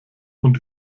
und